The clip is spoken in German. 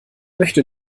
möchte